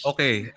Okay